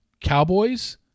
Cowboys